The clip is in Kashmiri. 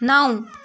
نَو